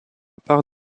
part